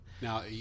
Now